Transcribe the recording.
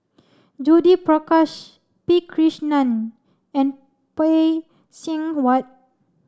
Judith Prakash P Krishnan and Phay Seng Whatt